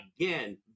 again